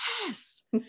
yes